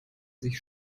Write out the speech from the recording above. sich